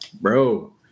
bro